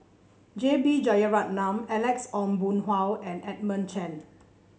J B Jeyaretnam Alex Ong Boon Hau and Edmund Cheng